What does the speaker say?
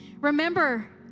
Remember